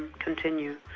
continue.